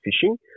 fishing